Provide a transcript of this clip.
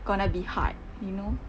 gonna be hard you know